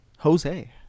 Jose